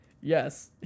Yes